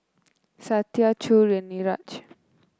Satya Choor and Niraj